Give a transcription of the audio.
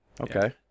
okay